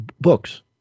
books